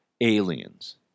aliens